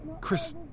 Chris